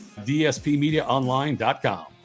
dspmediaonline.com